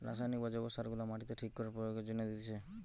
রাসায়নিক বা জৈব সার গুলা মাটিতে ঠিক করে প্রয়োগের জন্যে দিতেছে